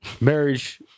Marriage